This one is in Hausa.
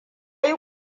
yi